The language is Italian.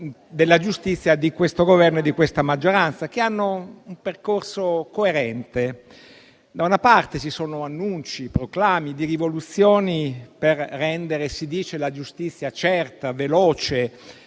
della giustizia di questo Governo e della maggioranza, che segue un percorso coerente. Da una parte ci sono annunci e proclami di rivoluzioni, per rendere - si dice - la giustizia certa e veloce,